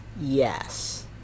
Yes